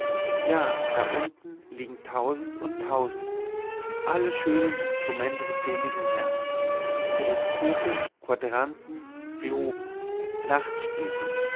ja da unten liegen tausend und tausend alle schönen instrumente des seligen herrn teleskope quadranten globen